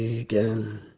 again